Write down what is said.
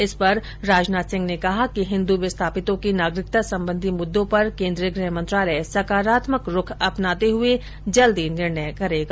इस पर राजनाथ सिंह ने कहा कि हिन्दू विस्थापितों के नागरिकता संबंधी मुद्दों पर केन्द्रीय गृह मंत्रालय सकारात्मक रुख अपनाते हुए जल्दी निर्णय करेगा